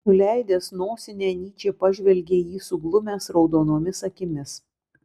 nuleidęs nosinę nyčė pažvelgė į jį suglumęs raudonomis akimis